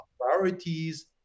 priorities